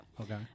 Okay